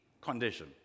condition